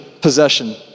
possession